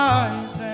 eyes